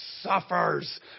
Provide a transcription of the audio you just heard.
suffers